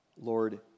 Lord